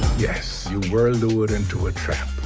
yes. you whirled to wood into a trap.